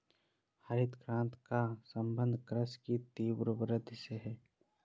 हरित क्रान्ति का सम्बन्ध कृषि की तीव्र वृद्धि से है